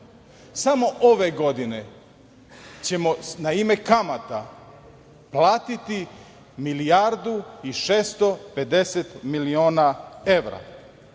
Samo ove godine ćemo na ime kamata platiti milijardu i 650 miliona evra.